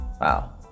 Wow